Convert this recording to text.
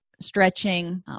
stretching